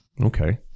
Okay